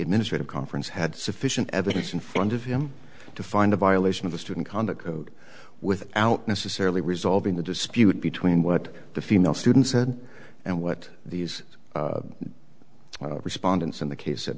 administrative conference had sufficient evidence in front of him to find a violation of the student conduct code without necessarily resolving the dispute between what the female students said and what these respondents in the case